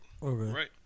Right